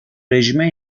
rejime